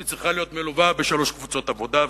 היא צריכה להיות מגובה בשלוש קבוצות עבודה,